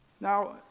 Now